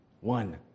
one